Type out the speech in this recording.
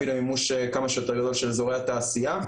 למימוש כמה שיותר גדול של אזורי התעשייה,